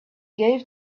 gave